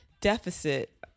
deficit